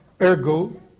ergo